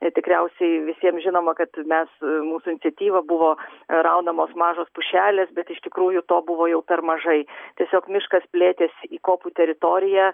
tikriausiai visiem žinoma kad mes mūsų iniciatyva buvo raunamos mažos pušelės bet iš tikrųjų to buvo jau per mažai tiesiog miškas plėtės į kopų teritoriją